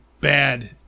bad